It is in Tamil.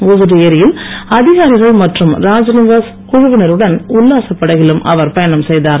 ஊசுடு ஏரியில் அதிகாரிகள் மற்றும் ராத்நிவாஸ் குழுவினருடன் உல்லாசப் படகிலும் அவர் பயணம் செய்தார்